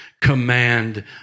command